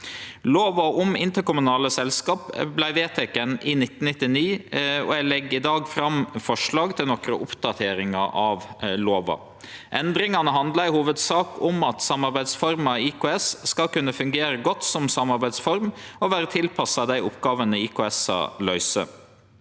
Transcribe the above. Lova om interkommunale selskap vart vedteken i 1999, og eg legg i dag fram forslag til nokre oppdateringar av lova. Endringane handlar i hovudsak om at samarbeidsforma IKS skal kunne fungere godt som samarbeidsform og vere tilpassa dei oppgåvene som IKS-ar løyser.